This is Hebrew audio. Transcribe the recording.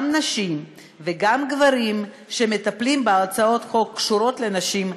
גם נשים וגם גברים שמטפלים בהצעות חוק שקשורות לנשים,